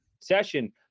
session